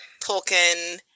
Tolkien